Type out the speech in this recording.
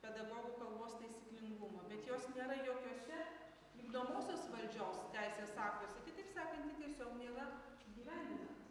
pedagogų kalbos taisyklingumo bet jos nėra jokiuose vykdomosios valdžios teisės aktuose kitaip sakant ji tiesiog nėra įgyvendinama